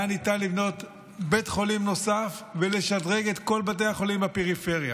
היה ניתן לבנות בית חולים נוסף ולשדרג את כל בתי החולים בפריפריה,